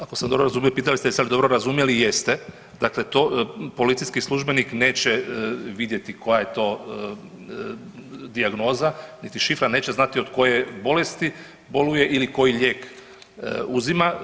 Ako sam dobro razumio, pitali ste jeste li dobro razumjeli, jeste, dakle to policijski službenik neće vidjeti koja je to dijagnoza niti šifra, neće znati od koje bolesti boluje ili koji lijek uzima.